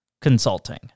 consulting